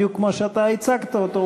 בדיוק כמו שאתה הצגת אותו,